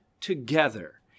together